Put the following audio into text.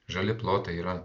žali plotai yra